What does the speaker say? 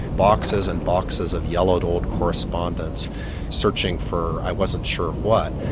boxes and boxes of yellowed old correspondence searching for i wasn't sure what.